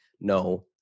No